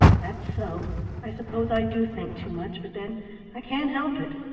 that's so i suppose i do think too much, but then i can't help it.